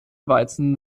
weizen